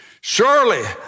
surely